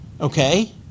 okay